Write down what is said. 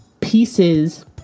pieces